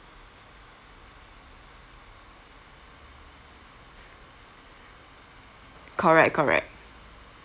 correct correct